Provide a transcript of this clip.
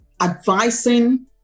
advising